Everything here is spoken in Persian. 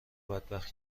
بدبخت